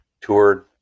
toured